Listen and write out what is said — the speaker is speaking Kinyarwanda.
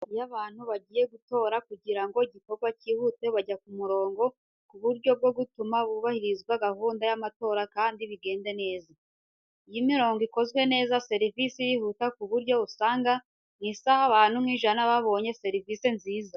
Iyo abantu bagiye gutora kugira ngo igikorwa cyihute bajya ku mirongo mu buryo bwo gutuma hubarizwa gahunda y'amatora kandi bikagenda neza. Iyo imirongo ikozwe neza serivisi irihuta ku buryo usanga mu isaha abantu nk'ijana babonye serivisi nziza.